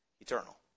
Eternal